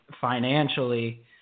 financially